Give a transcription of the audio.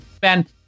Ben